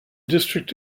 district